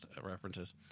references